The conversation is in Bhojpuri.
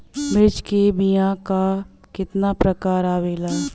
मिर्चा के बीया क कितना प्रकार आवेला?